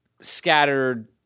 scattered